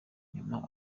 nyuma